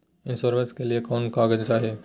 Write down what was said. इंसोरेंसबा के लिए कौन कागज चाही?